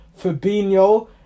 Fabinho